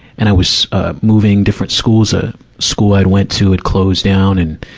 and i was, ah, moving different schools, ah, school i'd went to had closed down. and,